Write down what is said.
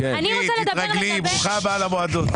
תתרגלי, ברוכה הבאה למועדון.